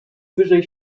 wyżej